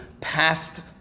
past